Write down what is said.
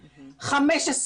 15,